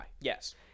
yes